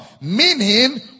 Meaning